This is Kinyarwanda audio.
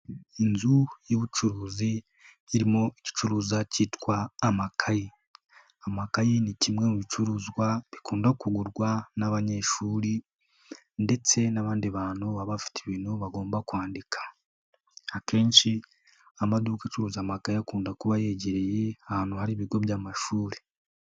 Inzu y'ubucuruzi zirimo igicuruza cyitwa amakayi. Amakayi ni kimwe mu bicuruzwa bikunda kugurwa n'abanyeshuri ndetse n'abandi bantu baba bafite ibintu bagomba kwandika akenshi amaduka acuruza amakayi akunda kuba yegereye ahantu hari ibigo by'amashuri.